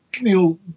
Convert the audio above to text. Neil